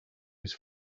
his